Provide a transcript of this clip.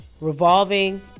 revolving